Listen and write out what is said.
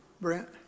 Brent